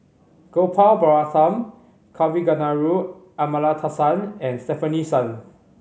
Gopal Baratham Kavignareru Amallathasan and Stefanie Sun